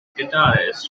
guitarists